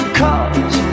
cause